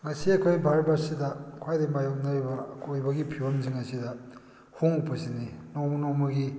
ꯉꯁꯤ ꯑꯩꯈꯣꯏ ꯚꯥꯔꯠ ꯕꯔꯁꯁꯤꯗ ꯈ꯭ꯋꯥꯏꯗꯩ ꯃꯥꯏꯌꯣꯛꯅꯔꯤꯕ ꯑꯀꯣꯏꯕꯒꯤ ꯐꯤꯕꯝꯁꯤꯡ ꯑꯁꯤꯗ ꯍꯣꯡꯂꯛꯄꯁꯤꯅꯤ ꯅꯣꯡꯃ ꯅꯣꯡꯃꯒꯤ